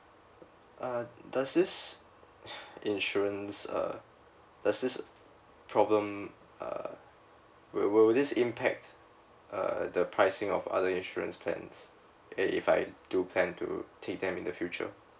uh does this insurance uh does this problem uh will~ will this impact uh the pricing of other insurance plans uh if I do plan to take them in the future